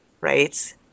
Right